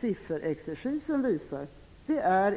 Sifferexercisen visar